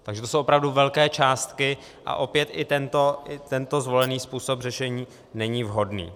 Takže to jsou opravdu velké částky, a opět i tento zvolený způsob řešení není vhodný.